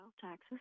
taxes